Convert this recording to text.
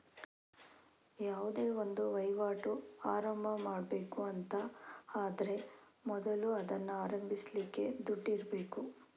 ಯಾವುದೇ ಒಂದು ವೈವಾಟು ಆರಂಭ ಮಾಡ್ಬೇಕು ಅಂತ ಆದ್ರೆ ಮೊದಲು ಅದನ್ನ ಆರಂಭಿಸ್ಲಿಕ್ಕೆ ದುಡ್ಡಿರ್ಬೇಕು